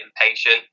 impatient